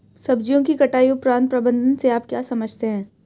सब्जियों की कटाई उपरांत प्रबंधन से आप क्या समझते हैं?